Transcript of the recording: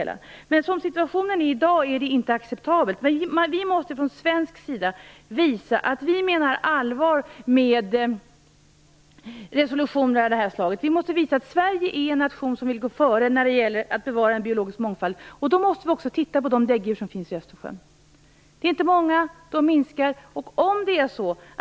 Som situationen är i dag är det inte acceptabelt. Vi måste från svensk sida visa att vi menar allvar med resolutioner av det här slaget. Vi måste visa att Sverige är en nation som vill gå före när det gäller att bevara en biologisk mångfald. Då måste vi också titta på de däggdjur som finns i Östersjön. De är inte många, och de minskar.